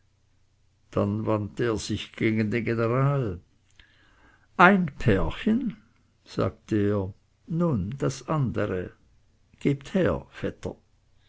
dann wandte er sich gegen den general ein pärchen sagte er nun das andere gebt her vetter